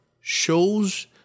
shows